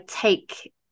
take